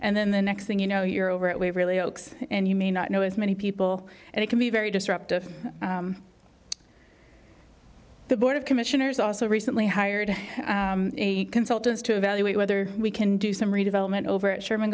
and then the next thing you know you're over at waverly oaks and you may not know as many people and it can be very disruptive the board of commissioners also recently hired consultants to evaluate whether we can do some redevelopment over at sherman